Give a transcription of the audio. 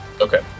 Okay